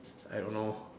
I don't know